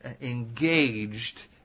engaged